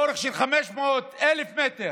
מרחק של 500 1,000 מטר.